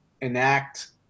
enact